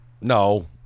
No